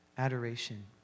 Adoration